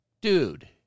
Dude